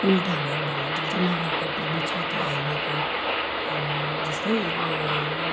उल्टा घर भन्ने जुन चाहिँ नगरकट्टा बिचमा त्यो हाइवेको जस्तै यो